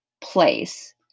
place